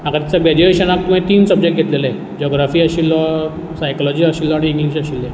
म्हाका दिसता ग्रेज्युएशनाक तुवें तीन सब्जेक्ट घेतलेले जॉग्रफी आशिल्लो सायक्लोजी आशिल्लो आनी इंग्लीश आशिल्लो